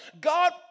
God